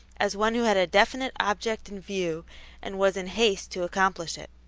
as one who had a definite object in view and was in haste to accomplish it.